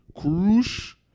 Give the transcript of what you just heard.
Crush